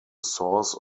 source